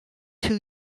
two